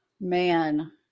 man